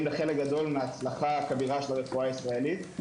לחלק גדול מההצלחה הכבירה של הרפואה הישראלית.